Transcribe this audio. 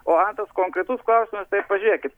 o antras konkretus klausimas tai pažiūrėkit